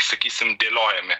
sakysim dėliojami